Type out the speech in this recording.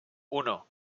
uno